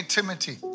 Timothy